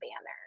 banner